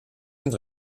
sind